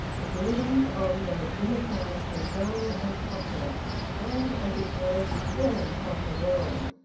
the buildings on those inner sides were low and humble and, as it were, withdrawn from the world,